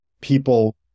people